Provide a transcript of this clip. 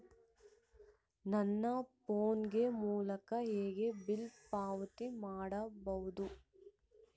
ನನ್ನ ಫೋನ್ ಮೂಲಕ ಹೇಗೆ ಬಿಲ್ ಪಾವತಿ ಮಾಡಬಹುದು?